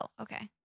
okay